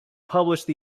published